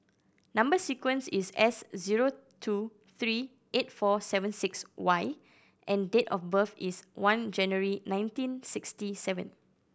number sequence is S zero two three eight four seven six Y and date of birth is one January nineteen sixty seven